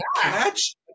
catch